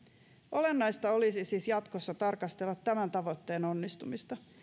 olennaista olisi siis jatkossa tarkastella tämän tavoitteen onnistumista